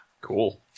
Cool